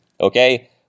Okay